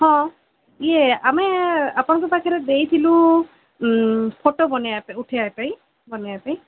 ହଁ ଇଏ ଆମେ ଆପଣଙ୍କ ପାଖରେ ଦେଇଥିଲୁ ଫଟୋ ବନେଇବା ଉଠେଇବା ପାଇଁ ବନେଇବା ପାଇଁ